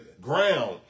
ground